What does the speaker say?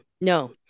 no